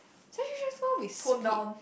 secondary school we split